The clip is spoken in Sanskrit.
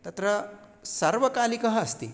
तत्र सर्वकालिकः अस्ति